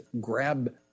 grab